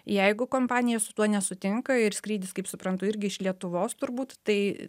jeigu kompanija su tuo nesutinka ir skrydis kaip suprantu irgi iš lietuvos turbūt tai